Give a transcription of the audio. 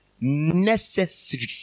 necessary